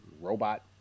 robot